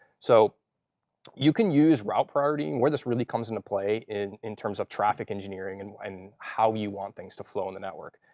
so you can use route priority where this really comes into play, in in terms of traffic engineering and how you want things to flow in the network.